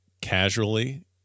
casually